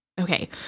Okay